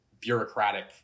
bureaucratic